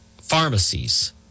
pharmacies